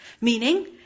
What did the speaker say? Meaning